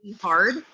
hard